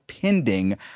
pending